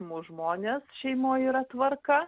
mus žmones šeimoj yra tvarka